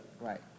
Right